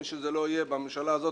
מי שזה לא יהיה בממשלה הזאת,